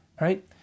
right